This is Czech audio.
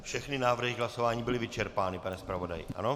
Všechny návrhy k hlasování byly vyčerpány, pane zpravodaji, ano?